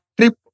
trip